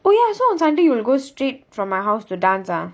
oh ya so on sunday you will go straight from my house to dance ah